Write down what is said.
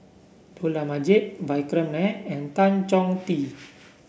Dollah Majid Vikram Nair and Tan Chong Tee